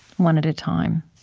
one at a time